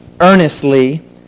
earnestly